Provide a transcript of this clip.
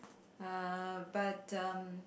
uh but um